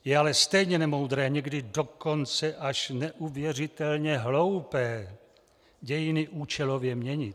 Je ale stejně nemoudré, někdy dokonce až neuvěřitelně hloupé dějiny účelově měnit.